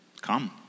come